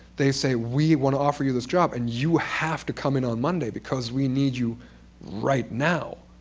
they say we want to offer you this job, and you have to come in on monday, because we need you right now.